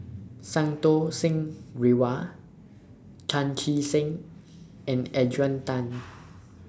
Santokh Singh Grewal Chan Chee Seng and Adrian Tan